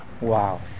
Wow